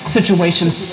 Situations